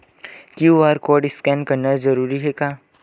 QR code scan करना जरूरी हे का?